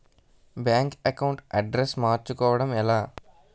Bank account address మార్చుకోవడం ఎలా?